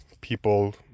people